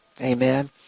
Amen